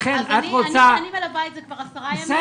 אני מלווה את זה כבר עשרה ימים.